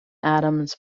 adams